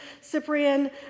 Cyprian